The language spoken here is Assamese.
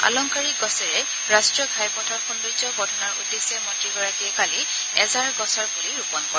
আলংকাৰিক গছেৰে ৰাষ্ট্ৰীয় ঘাইপথৰ সৌন্দৰ্য বৰ্ধনৰ উদ্দেশ্যে মন্ত্ৰীগৰাকীয়ে কালি এজাৰ গছৰ পুলি ৰোপন কৰে